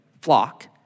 flock